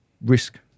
risk